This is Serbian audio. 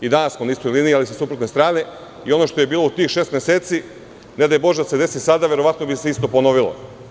I danas smo na istoj liniji, ali sa suprotne strane, i ono što je bilo u tih šest meseci, ne daj Bože da se desi sada, verovatno bi se isto ponovilo.